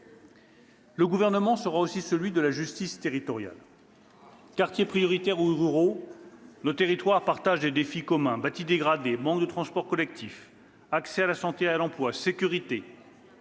Le Gouvernement sera aussi celui de la justice territoriale. Quartiers prioritaires ou zones rurales, nos territoires partagent des défis communs : bâti dégradé, manque de transports collectifs, accès à la santé et à l'emploi, sécurité.